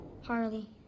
Harley